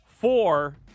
four